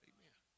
Amen